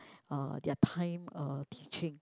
uh their time uh teaching